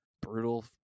brutal